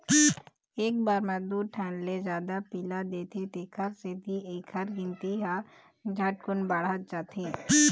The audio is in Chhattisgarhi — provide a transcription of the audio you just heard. एक बार म दू ठन ले जादा पिला देथे तेखर सेती एखर गिनती ह झटकुन बाढ़त जाथे